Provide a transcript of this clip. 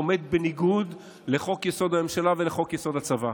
עומד בניגוד לחוק-יסוד הממשלה ולחוק-יסוד הצבא.